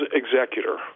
executor